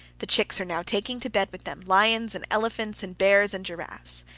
the chicks are now taking to bed with them lions and elephants and bears and giraffes.